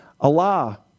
Allah